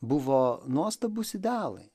buvo nuostabūs idealai